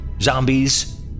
zombies